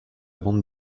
bande